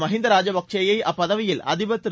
மகிந்தா ராஜபக்சேயை அப்பதவியில் அதிபர் திரு